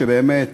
שבאמת